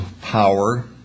power